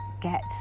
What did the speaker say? get